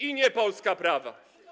i nie Polska prawa.